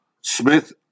Smith